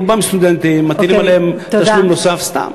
רובם סטודנטים, מטילים עליהם תשלום נוסף סתם.